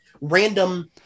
Random